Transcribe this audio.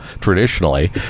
traditionally